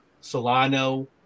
Solano